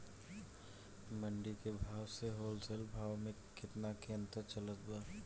मंडी के भाव से होलसेल भाव मे केतना के अंतर चलत बा?